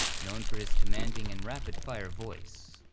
known for his commanding and rapid-fire voice.